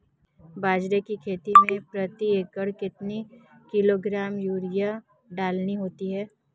बाजरे की खेती में प्रति एकड़ कितने किलोग्राम यूरिया डालनी होती है?